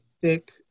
thick